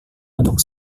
untuk